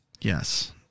Yes